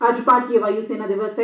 अज्ज भारतीय वायुसेना दिवस ऐ